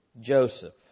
joseph